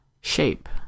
shape